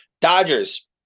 Dodgers